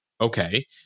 Okay